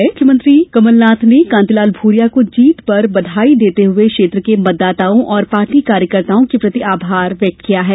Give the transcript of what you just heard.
प्रदेश के मुख्यमंत्री कमलनाथ ने कांतिलाल भूरिया को जीत पर बधाई देते हुए क्षेत्र के मतदाताओं और पार्टी कार्यकर्ताओं के प्रति आभार व्यक्त किया है